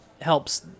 helps